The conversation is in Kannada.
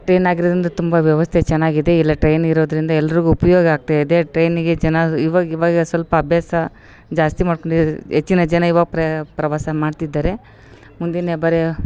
ಟಿ ನಗರದಿಂದ ತುಂಬ ವ್ಯವಸ್ಥೆ ಚೆನ್ನಾಗ್ ಇದೆ ಇಲ್ಲ ಟ್ರೈನ್ ಇರೋದರಿಂದ ಎಲ್ಲರಿಗು ಉಪಯೋಗ ಆಗ್ತಾ ಇದೆ ಟ್ರೈನಿಗೆ ಜನ ಇವಾಗ ಇವಾಗ ಸ್ವಲ್ಪ ಅಭ್ಯಾಸ ಜಾಸ್ತಿ ಮಾಡ್ಕಂಡು ಹೆಚ್ಚಿನ ಜನ ಇವಾಗ ಪ್ರವಾಸ ಮಾಡ್ತಿದ್ದಾರೆ ಮುಂದಿನ